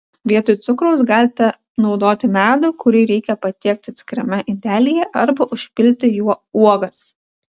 vietoj cukraus galite naudoti medų kurį reikia patiekti atskirame indelyje arba užpilti juo uogas